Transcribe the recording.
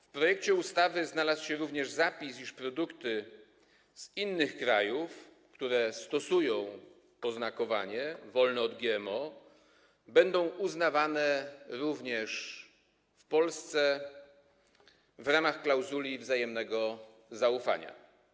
W projekcie ustawy znalazł się również zapis, iż produkty z innych krajów, które stosują oznakowanie „wolne od GMO”, będą uznawane w Polsce w ramach klauzuli wzajemnego zaufania.